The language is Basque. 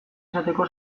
izateko